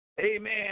Amen